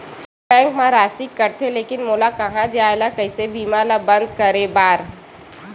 Bank मा राशि कटथे लेकिन मोला कहां जाय ला कइसे बीमा ला बंद करे बार?